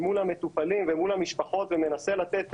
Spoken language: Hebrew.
מול המטופלים ומול המשפחות ומנסה לתת